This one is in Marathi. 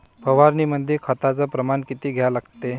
फवारनीमंदी खताचं प्रमान किती घ्या लागते?